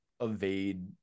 evade